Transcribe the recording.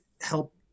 help